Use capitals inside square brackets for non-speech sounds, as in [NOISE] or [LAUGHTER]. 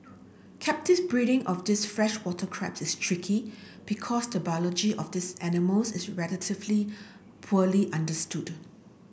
[UNINTELLIGIBLE] breeding of these freshwater crabs is tricky because the biology of these animals is relatively poorly understood